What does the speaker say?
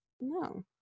No